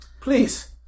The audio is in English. Please